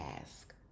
ask